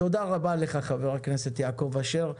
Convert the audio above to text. תודה רבה לך, חבר הכנסת יעקב אשר.